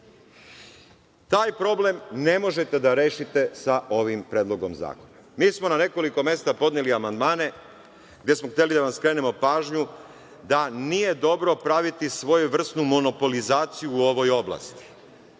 Taj problem ne možete da rešite sa ovim predlogom zakona. Na nekoliko mesta smo podneli amandmane gde smo hteli da vam skrenemo pažnju da nije dobro praviti svojevrsnu monopolizaciju u ovoj oblasti.